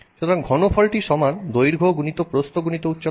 সুতরাং ঘনফলটি সমান দৈর্ঘ্য×প্রস্থ ×উচ্চতা